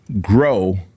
grow